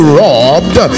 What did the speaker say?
robbed